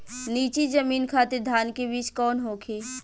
नीची जमीन खातिर धान के बीज कौन होखे?